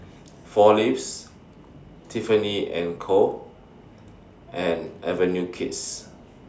four Leaves Tiffany and Co and Avenue Kids